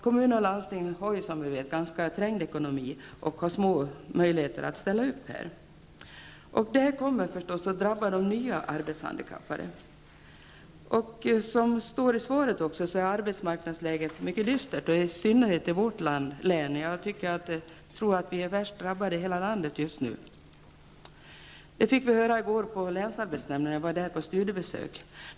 Kommun och landsting har som bekant en ganska trängd ekonomi och har små möjligheter att ställa upp i detta sammanhang. Detta kommer förstås att drabba de nya arbetshandikappade. Som också framhålls i svaret är arbetsmarknadsläget mycket dystert, i synnerhet i vårt län. Jag tror att vi just nu är värst drabbade i hela landet. Jag fick höra detta i går när jag var på studiebesök på länsarbetsnämnden.